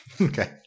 Okay